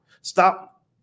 Stop